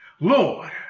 Lord